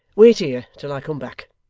wait here till i come back